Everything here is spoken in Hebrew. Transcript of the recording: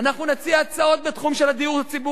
אנחנו נציע הצעות בתחום הדיור הציבורי.